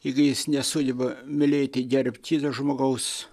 jeigu jis nesugeba mylėti gerbti žmogaus